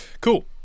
Cool